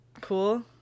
cool